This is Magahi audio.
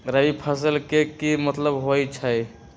रबी फसल के की मतलब होई छई?